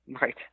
right